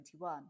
2021